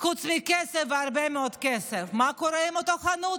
חוץ מכסף והרבה מאוד כסף, מה קורה עם אותה חנות?